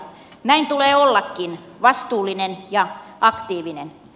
näin tulee ollakin vastuullinen ja aktiivinen